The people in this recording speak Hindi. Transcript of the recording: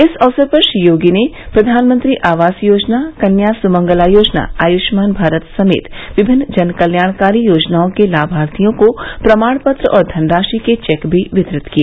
इस अवसर पर श्री योगी ने प्रधानमंत्री आवास योजना कन्या सुमंगला योजना आयुष्मान भारत समेत विभिन्न जनकल्याणकारी योजनाओं के लाभार्थियों को प्रमाण पत्र और धनराशि के चेक भी वितरित किए